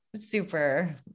super